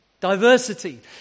diversity